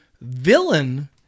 villain